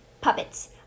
puppets